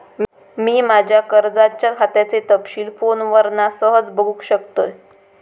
मी माज्या कर्जाच्या खात्याचे तपशील फोनवरना सहज बगुक शकतय